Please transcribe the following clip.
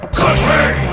country